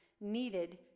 needed